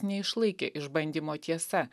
neišlaikė išbandymo tiesa